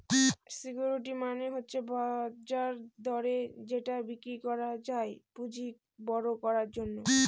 security মানে হচ্ছে বাজার দরে যেটা বিক্রি করা যায় পুঁজি বড়ো করার জন্য